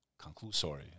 Conclusory